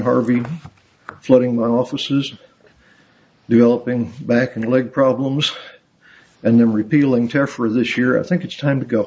harvey flooding my offices developing back and leg problems and the repealing care for this year i think it's time to go